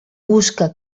busca